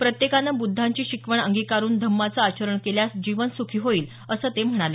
प्रत्येकानं बुद्धांची शिकवण अंगीकारुन धम्माचं आचरण केल्यास जीवन सुखी होईल असं ते म्हणाले